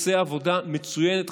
עושה עבודה מצוינת,